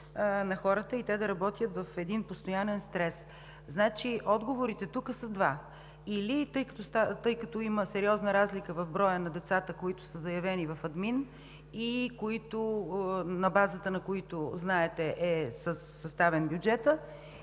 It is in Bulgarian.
на хората и те да работят в един постоянен стрес. Отговорите тук са два, тъй като има сериозна разлика в броя на децата, които са заявени в админ и на базата на които е съставен бюджетът,